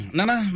Nana